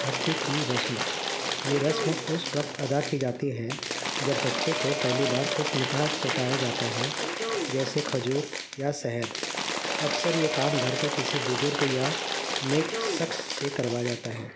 گھٹی کی رسم یہ رسم اس وقت ادا کی جاتی ہے جب بچے کو پہلی بار کچھ میٹھا چٹایا جاتا ہے جیسے کھجور یا شہد اکثر یہ کام گھر کے کسی بزرگ یا نیک شخص سے کروایا جاتا ہے